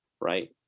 right